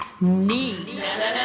neat